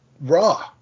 Raw